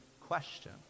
question